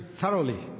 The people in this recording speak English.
thoroughly